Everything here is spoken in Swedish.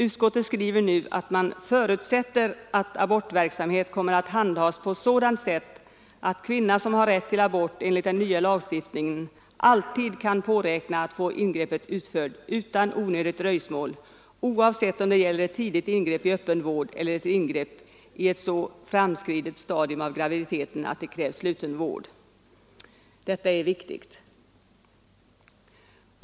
Utskottet skriver nu att man ”förutsätter att abortverksamhet kommer att handhas på sådant sätt att kvinna som har rätt till abort enligt den nya lagstiftningen alltid kan påräkna att få ingreppet utfört utan onödigt dröjsmål, oavsett om det gäller ett tidigt ingrepp i öppen vård eller ett ingrepp i ett så framskridet stadium av graviditeten att det krävs sluten vård”. Detta är viktigt.